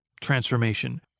transformation